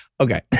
Okay